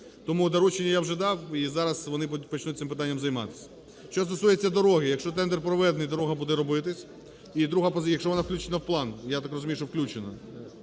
Тому доручення я вже дав і зараз вони почнуть цим питанням займатись. Що стосується дороги. Якщо тендер проведений, дорога буде робитись, якщо вона включена в план. Я так розумію, що включена.